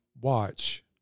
watch